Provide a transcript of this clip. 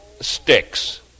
sticks